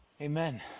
amen